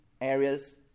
areas